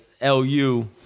LU